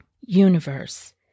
universe